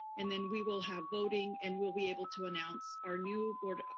and then we will have voting, and we'll be able to announce our new board, ah